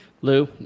Lou